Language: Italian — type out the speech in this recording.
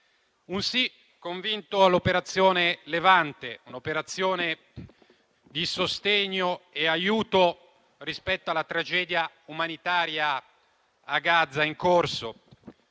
Un sì convinto all'operazione Levante, un'operazione di sostegno e aiuto rispetto alla tragedia umanitaria in corso